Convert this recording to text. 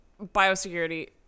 biosecurity